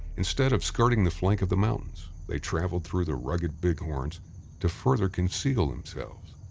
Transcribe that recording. instead of skirting the flank of the mountains, they traveled through the rugged bighorns to further conceal themselves.